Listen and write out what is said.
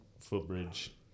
footbridge